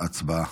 הצבעה.